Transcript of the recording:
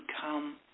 come